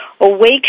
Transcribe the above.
Awake